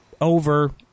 over